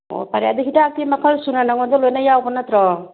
ꯑꯣ ꯐꯔꯦ ꯑꯗꯨ ꯍꯤꯗꯥꯛꯁꯦ ꯃꯈꯜ ꯁꯨꯅ ꯅꯉꯣꯟꯗ ꯂꯣꯏꯅ ꯌꯥꯝꯕ ꯅꯠꯇ꯭ꯔꯣ